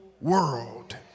world